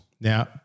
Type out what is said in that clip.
Now